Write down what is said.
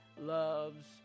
loves